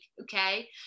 okay